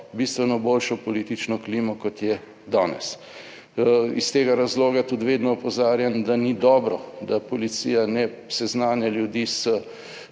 bistveno boljšo politično klimo, kot je danes. Iz tega razloga tudi vedno opozarjam, da ni dobro, da policija ne seznanja ljudi s